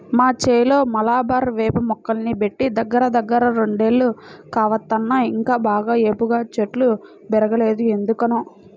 మా చేలో మలబారు వేప మొక్కల్ని బెట్టి దగ్గరదగ్గర రెండేళ్లు కావత్తన్నా ఇంకా బాగా ఏపుగా చెట్లు బెరగలేదు ఎందుకనో